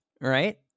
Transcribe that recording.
Right